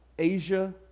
Asia